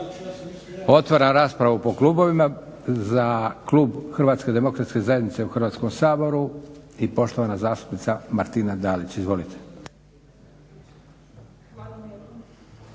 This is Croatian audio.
otvaram raspravu po klubovima. Za klub HDZ-a u Hrvatskom saboru i poštovana zastupnica Martina Dalić. Izvolite.